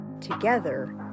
Together